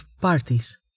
parties